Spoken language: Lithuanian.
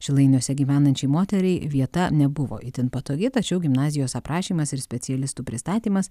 šilainiuose gyvenančiai moteriai vieta nebuvo itin patogi tačiau gimnazijos aprašymas ir specialistų pristatymas